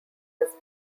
his